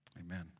Amen